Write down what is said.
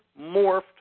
morphed